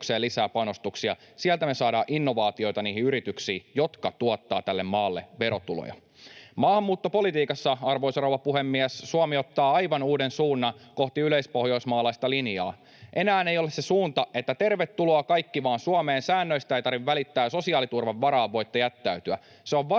lisää panostuksia, sieltä me saadaan innovaatioita niihin yrityksiin, jotka tuottavat tälle maalle verotuloja. Maahanmuuttopolitiikassa, arvoisa rouva puhemies, Suomi ottaa aivan uuden suunnan kohti yleispohjoismaalaista linjaa. Enää ei ole se suunta, että tervetuloa kaikki vaan Suomeen, säännöistä ei tarvitse välittää, sosiaaliturvan varaan voitte jättäytyä. Se on vastuutonta